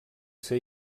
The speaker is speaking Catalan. ser